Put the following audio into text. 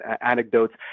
anecdotes